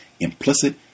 implicit